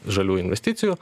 žalių investicijų